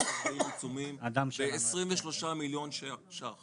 740 עיצומים ב-23 מיליון ₪,